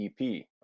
EP